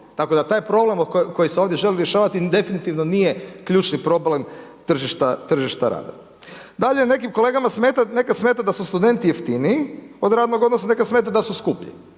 Tako da taj problem koji se ovdje želi rješavati definitivno nije ključni problem tržišta rada. Dalje, nekim kolegama smeta, nekad smeta da su studenti jeftiniji od radnog odnosa, nekad smeta da su skuplji.